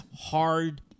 hard